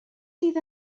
sydd